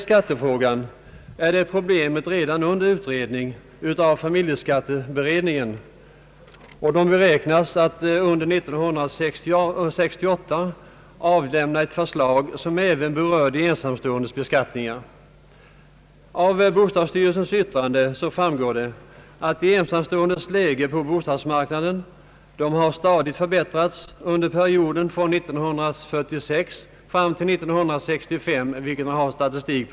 Skattefrågan är redan under utredning av familjeskatteberedningen, som räknar med att under 1968 avlämna ett förslag som även berör beskattningen av de ensamstående. Av bostadsstyrelsens yttrande framgår att de ensamståendes läge på bostadsmarknaden stadigt har förbättrats under perioden från 1946 fram till 1965, för vilken tid man har statistik.